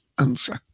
answer